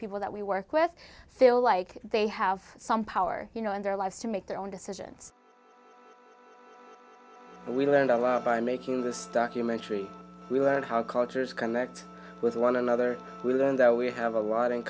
people that we work with feel like they have some power you know in their lives to make their own decisions we learned by making this documentary on how cultures connect with one another we learned that we have a lot in